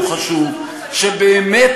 הרבה מאוד